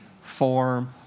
form